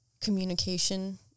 communication